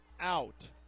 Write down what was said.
out